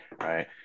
right